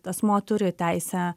asmuo turi teisę